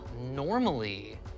normally